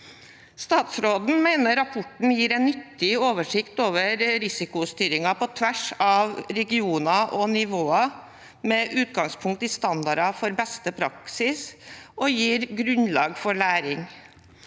Statsråden mener at rapporten gir en nyttig oversikt over risikostyringen på tvers av regioner og nivåer, med utgangspunkt i standarder for beste praksis, og at den gir grunnlag for læring,